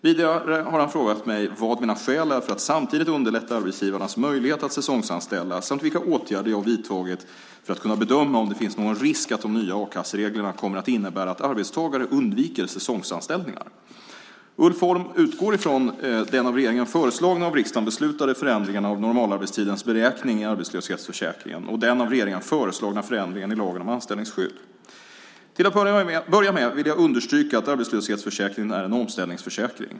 Vidare har han frågat mig vad mina skäl är för att samtidigt underlätta arbetsgivarnas möjlighet att säsongsanställa samt vilka åtgärder jag vidtagit för att kunna bedöma om det finns någon risk att de nya a-kassereglerna kommer att innebära att arbetstagare undviker säsongsanställningar. Ulf Holm utgår från den av regeringen föreslagna och av riksdagen beslutade förändringen av normalarbetstidens beräkning i arbetslöshetsförsäkringen och den av regeringen föreslagna förändringen i lagen om anställningsskydd. Till att börja med vill jag understryka att arbetslöshetsförsäkringen är en omställningsförsäkring.